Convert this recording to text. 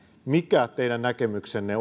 mikä on teidän näkemyksenne